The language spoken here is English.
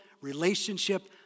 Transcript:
relationship